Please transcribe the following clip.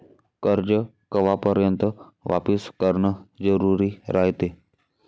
कर्ज कवापर्यंत वापिस करन जरुरी रायते?